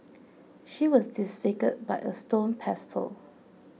she was disfigured by a stone pestle